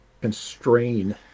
constrain